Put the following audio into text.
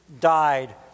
died